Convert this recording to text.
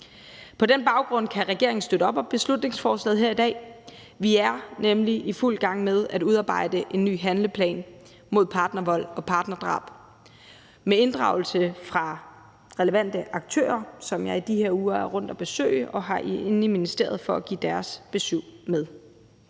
På den baggrund kan regeringen støtte op om beslutningsforslaget her i dag. Vi er nemlig i fuld gang med at udarbejde en ny handleplan mod partnervold og partnerdrab med inddragelse af relevante aktører, som jeg i de her uger er rundt at besøge, og som jeg har inde i ministeriet, for at de kan give deres besyv med.